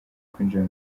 kwinjira